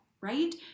right